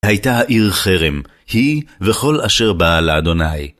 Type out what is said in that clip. הייתה העיר חרם, היא וכל אשר באה לאדוני.